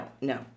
no